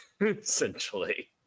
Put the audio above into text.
essentially